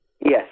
Yes